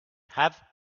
have